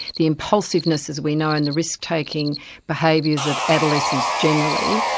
the impulsiveness, as we know, and the risk-taking behaviours of adolescents generally,